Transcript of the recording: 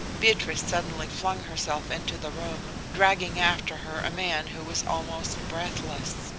beatrice suddenly flung herself into the room, dragging after her a man who was almost breathless.